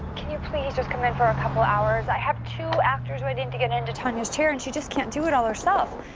can you please just come in for a couple hours? i have two actors waiting to get into tonya's chair, and she just can't do it all herself.